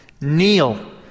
Kneel